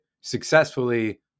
successfully